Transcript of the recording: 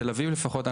תל אביב לפחות,